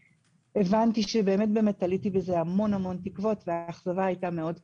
הבנתי שתליתי בזה המון תקוות והאכזבה הייתה מאוד קשה.